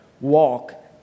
walk